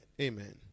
Amen